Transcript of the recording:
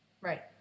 Right